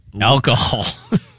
alcohol